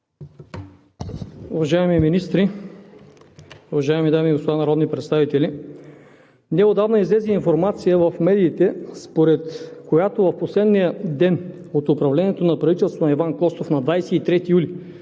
Уважаеми министри, уважаеми дами и господа народни представители! Неотдавна излезе информация в медиите, според която в последния ден от управлението на правителството на Иван Костов – на 23 юли